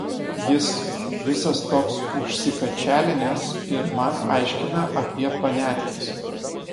jis visas toks užsikačialinęs ir man aiškina apie paniatkes